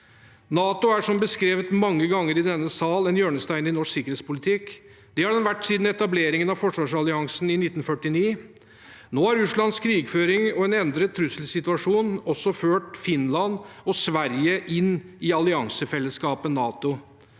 NATO er, som beskrevet mange ganger i denne sal, en hjørnestein i norsk sikkerhetspolitikk. Slik har det vært siden etableringen av forsvarsalliansen i 1949. Nå har Russlands krigføring og en endret trusselsituasjon også ført Finland og Sverige inn i alliansefellesskapet NATO.